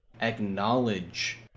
acknowledge